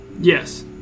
Yes